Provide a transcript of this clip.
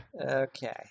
okay